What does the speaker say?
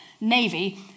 navy